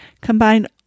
Combine